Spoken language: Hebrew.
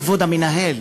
כבוד המנהל,